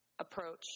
approach